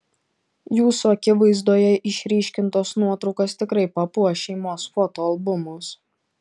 jūsų akivaizdoje išryškintos nuotraukos tikrai papuoš šeimos fotoalbumus